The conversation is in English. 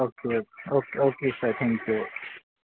okay okay okay sir okay thank you